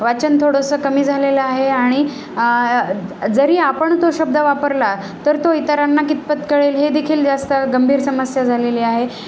वाचन थोडंसं कमी झालेलं आहे आणि जरी आपण तो शब्द वापरला तर तो इतरांना कितपत कळेल हे देखील जास्त गंभीर समस्या झालेली आहे